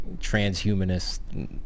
transhumanist